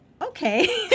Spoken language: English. okay